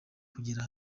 kugera